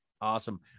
Awesome